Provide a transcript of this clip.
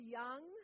young